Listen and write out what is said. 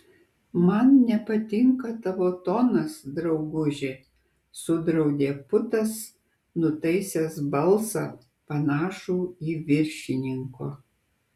man nepatinka tavo tonas drauguži sudraudė putas nutaisęs balsą panašų į viršininko